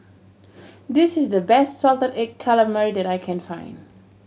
this is the best salted egg calamari that I can find